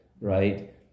right